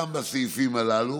גם בסעיפים הללו,